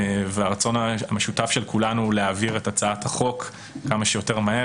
הרצון המשותף של כולנו להעביר את הצעת החוק כמה שיותר מהר